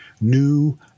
New